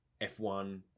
F1